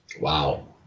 Wow